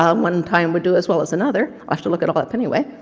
um one time will do as well as another, i have to look it up anyway.